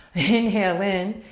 inhale in,